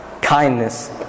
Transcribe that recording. kindness